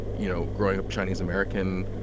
you know growing up chinese american,